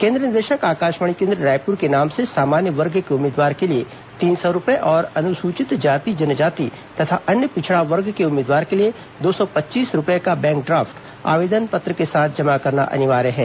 केन्द्र निदेशक आकाशवाणी केन्द्र रायपुर के नाम से सामान्य वर्ग के उम्मीदवार के लिए तीन सौ रूपए और अनुसूचित जाति जनजाति तथा अन्य पिछड़ा वर्ग के उम्मीदवार के लिए दो सौ पच्चीस रूपये का बैंक ड्राफ्ट आवेदन पत्र के साथ जमा करना अनिवार्य है